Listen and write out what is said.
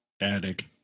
attic